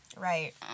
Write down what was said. Right